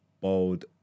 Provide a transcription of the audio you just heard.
bold